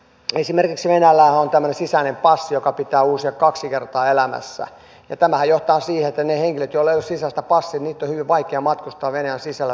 esimerkiksi venäjällähän on tämmöinen sisäinen passi joka pitää uusia kaksi kertaa elämässä ja tämähän johtaa siihen että niiden henkilöiden joilla ei ole sisäistä passia on hyvin vaikea matkustaa venäjän sisällä saati sitten asioida